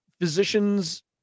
physicians